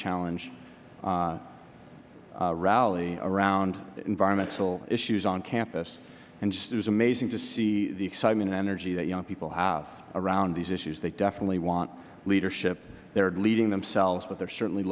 challenge rally around environmental issues on campus and just it was amazing to see the excitement and energy that young people have around these issues they definitely want leadership they are leading themselves but they are certainly